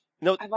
No